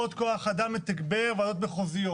עוד כוח אדם לתגבר ועדות מחוזיות.